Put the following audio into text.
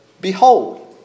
behold